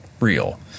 real